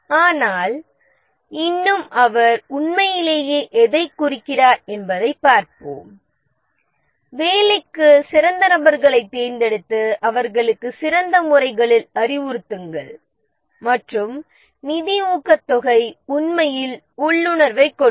ஆனால் இன்னும் அவர் உண்மையிலேயே எதைக் குறிக்கிறார் என்பதைப் பார்ப்போம் வேலைக்கு சிறந்த நபர்களைத் தேர்ந்தெடுத்து அவர்களுக்கு சிறந்த முறைகளில் அறிவுறுத்துங்கள் மற்றும் நிதி ஊக்கத்தொகை உண்மையில் உள்ளுணர்வைக் கொடுக்கும்